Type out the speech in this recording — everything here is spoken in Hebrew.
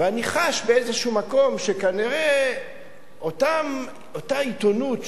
ואני חש באיזה מקום שכנראה אותה עיתונות,